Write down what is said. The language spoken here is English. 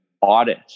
audit